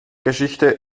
geschichte